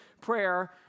prayer